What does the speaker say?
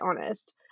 honest